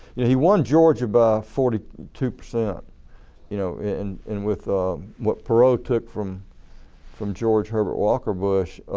he won georgia about forty two percent you know and and with what perot took from from george herbert walker bush,